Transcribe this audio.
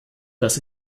dass